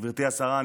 גברתי השרה,